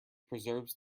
preserves